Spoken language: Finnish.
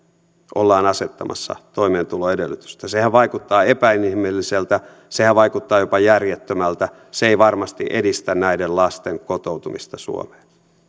ollaan asettamassa toimeentuloedellytystä sehän vaikuttaa epäinhimilliseltä sehän vaikuttaa jopa järjettömältä se ei varmasti edistä näiden lasten kotoutumista suomeen